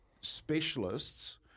specialists